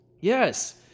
Yes